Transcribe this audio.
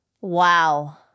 Wow